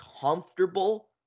comfortable